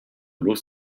los